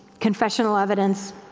confessional evidence,